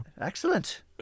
Excellent